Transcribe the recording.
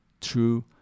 true